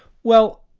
well,